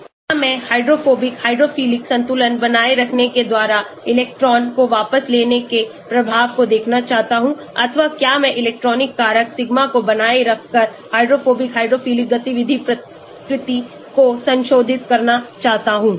क्या मैं hydrophobic hydrophilic संतुलन बनाए रखने के द्वारा इलेक्ट्रॉन को वापस लेने के प्रभाव को देखना चाहता हूं अथवा क्या मैं इलेक्ट्रॉनिक कारक सिग्मा को बनाए रखकर हाइड्रोफोबिक हाइड्रोफिलिक गतिविधि प्रकृति को संशोधित करना चाहता हूं